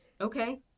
okay